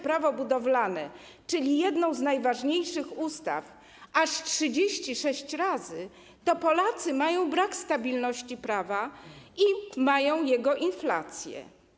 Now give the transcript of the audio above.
Prawo budowlane, czyli jedną z najważniejszych ustaw, aż 36 razy, to Polacy mają poczucie braku stabilności prawa i mają jego inflację.